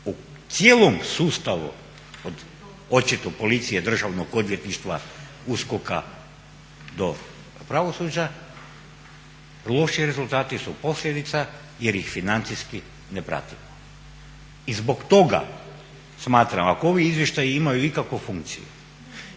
u cijelom sustavu od očito policije, Državnog odvjetništva, USKOK-a do pravosuđa loši rezultati su posljedica jer ih financijski ne pratimo. I zbog toga smatram ako ovi izvještaji imaju ikakvu funkciju